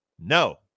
No